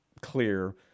clear